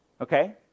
Okay